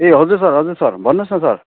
ए हजुर सर हजुर सर भन्नुहोस् न सर